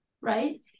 right